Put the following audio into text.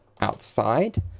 outside